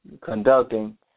conducting